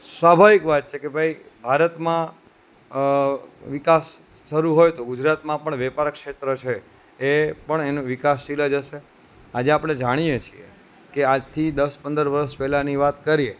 સ્વાભાવિક વાત છે કે ભાઈ ભારતમાં વિકાસ શરૂ હોય તો ગુજરાતમાં પણ વેપાર ક્ષેત્ર છે એ પણ એને વિકાસશીલ જ હશે આજે આપણે જાણીએ છીએ કે આજથી દસ પંદર વર્ષ પહેલાંની વાત કરીએ